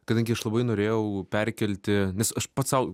kadangi aš labai norėjau perkelti nes aš pats sau